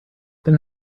then